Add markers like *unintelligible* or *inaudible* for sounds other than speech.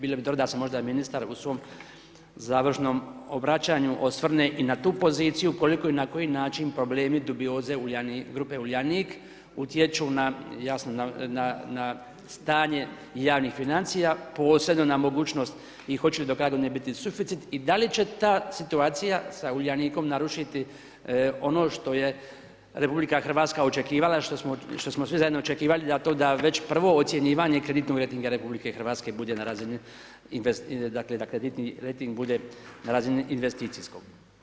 Bilo bi dobro da se možda ministar u svom završnom obraćanju osvrne i na tu poziciju koliko i na koji način problemi dubioze grupe Uljanik utječu na, jasno na stanje javnih financija posebno na mogućnost i hoće li i ... *unintelligible* one biti suficit i da li će ta situacija sa Uljanikom narušiti ono što je RH očekivala, što smo svi zajedno očekivali na to da već prvo ocjenjivanje kreditnog rejtinga RH bude na razini dakle da kreditni rejting bude na razini investicijskog.